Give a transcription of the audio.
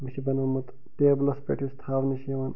مےٚ چھِ بنوومُت ٹیٚبلَس پیٚٹھ یُس تھاونہٕ چھِ یوان